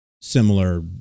similar